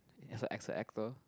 as a as a actor